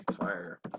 Fire